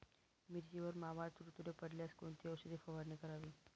मिरचीवर मावा, तुडतुडे पडल्यास कोणती औषध फवारणी करावी?